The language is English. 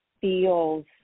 feels